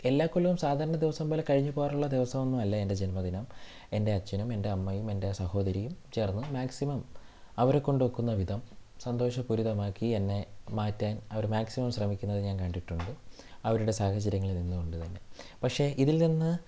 എല്ലാ കൊല്ലവും സാധാരണ ദിവസം പോലെ കഴിഞ്ഞ് പോകാറുള്ള ദിവസമൊന്നുമല്ല എൻ്റെ ജന്മദിനം എൻ്റെ അച്ഛനും എൻ്റെമ്മയും എൻ്റെ സഹോദരിയും ചേർന്ന് മാക്സിമം അവരെ കൊണ്ടാകുന്ന വിധം സന്തോഷപൂരിതമാക്കി എന്നെ മാറ്റാൻ അവർ മാക്സിമം ശ്രമിക്കുന്നത് ഞാൻ കണ്ടിട്ടുണ്ട് അവരുടെ സാഹചര്യങ്ങളിൽ നിന്ന് കൊണ്ട് തന്നെ പക്ഷേ ഇതിൽ നിന്ന്